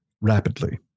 rapidly